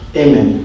amen